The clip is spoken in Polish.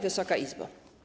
Wysoka Izbo!